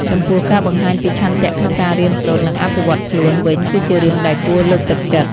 ចំពោះការបង្ហាញពីឆន្ទៈក្នុងការរៀនសូត្រ និងអភិវឌ្ឍខ្លួន វិញគឺជារឿងដែលគួរលើកទឹកចិត្ត។